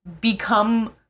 become